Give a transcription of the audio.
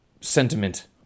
sentiment